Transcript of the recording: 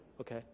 okay